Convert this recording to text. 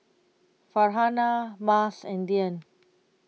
Farhanah Mas and Dian